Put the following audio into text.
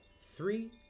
three